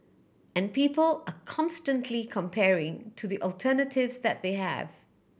and people are constantly comparing to the alternatives that they have